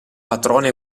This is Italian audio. patrona